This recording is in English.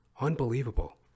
Unbelievable